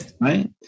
Right